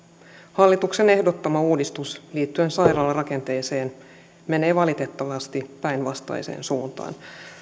hallituksen ehdottama uudistus liittyen sairaalarakenteeseen menee valitettavasti päinvastaiseen suuntaan